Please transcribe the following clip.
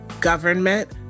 government